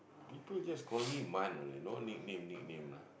people just call me Man only no nickname nickname lah